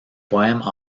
poèmes